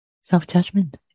self-judgment